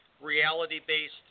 reality-based